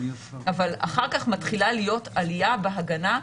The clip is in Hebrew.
אבל אחר כך מתחילה להיות עלייה בהגנה,